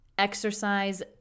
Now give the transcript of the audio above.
exercise